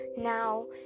Now